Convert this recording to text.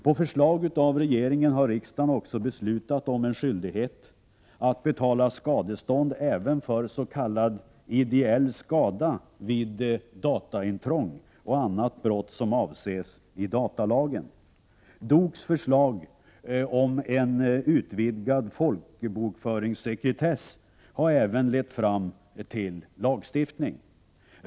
På förslag av regeringen har riksdagen också beslutat om en skyldighet att betala skadestånd även för s.k. ideell skada vid dataintrång och annat brott som avses i datalagen. DOK:s förslag om en utvidgad folkbokföringssekretess har även lett fram till en lagstiftning.